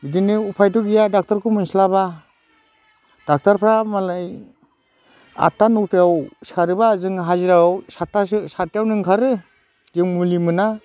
बिदिनो उफायथ' गैया डक्ट'रखौ मोनस्लाबा डक्ट'रफ्रा मालाय आदत्ता नौतायाव सिखारोबा जों हाजिरायाव सात्तासो सात्तासोआवनो ओंखारो जों मुलि मोना